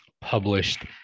published